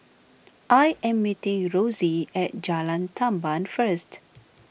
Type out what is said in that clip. I am meeting Rossie at Jalan Tamban first